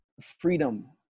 freedom